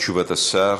תשובת השר,